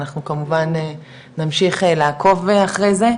אנחנו כמובן נמשיך לעקוב אחרי זה,